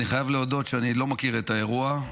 אני חייב להודות שאני לא מכיר את האירוע.